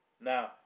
Now